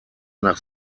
nach